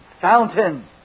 fountain